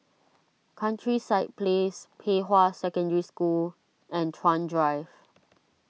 Countryside Place Pei Hwa Secondary School and Chuan Drive